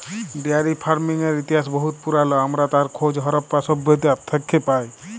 dairy ফারমিংয়ের ইতিহাস বহুত পুরাল আমরা তার খোঁজ হরপ্পা সভ্যতা থ্যাকে পায়